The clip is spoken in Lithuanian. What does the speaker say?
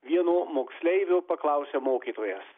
vieno moksleivio paklausia mokytojas